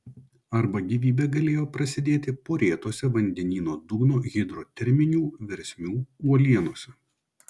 arba gyvybė galėjo prasidėti porėtose vandenyno dugno hidroterminių versmių uolienose